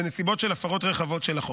בנסיבות של הפרות רחבות של החוק.